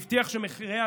שר האוצר,